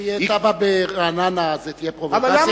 אם יהיה תב"ע ברעננה זאת תהיה פרובוקציה?